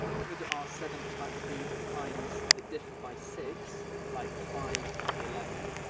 could our seventh fact be that primes that differ by six, like five and eleven,